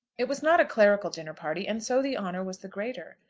it was not a clerical dinner-party, and so the honour was the greater.